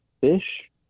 fish